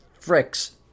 fricks